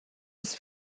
bis